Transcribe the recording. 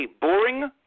boring